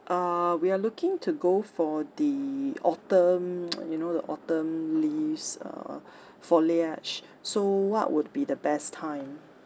uh we are looking to go for the autumn you know the autumn leaves uh foliage so what would be the best time